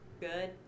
Good